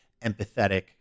empathetic